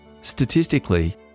Statistically